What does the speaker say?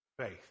faith